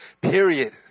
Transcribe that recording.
Period